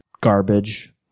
garbage